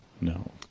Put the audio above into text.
No